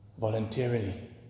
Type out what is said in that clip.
Voluntarily